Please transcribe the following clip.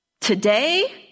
today